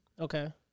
Okay